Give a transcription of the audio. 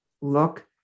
look